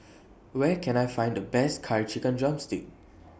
Where Can I Find The Best Curry Chicken Drumstick